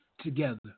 together